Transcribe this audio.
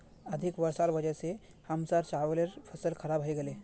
अधिक वर्षार वजह स हमसार चावलेर फसल खराब हइ गेले